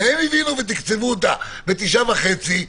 והם הבינו ותקצבו אותה ב-9.5 מיליון.